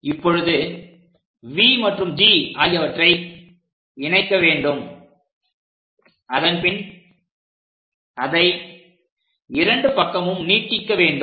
இப்பொழுது V மற்றும் G ஆகியவற்றை இணைக்க வேண்டும் அதன்பின் அதை இரண்டு பக்கமும் நீட்டிக்க வேண்டும்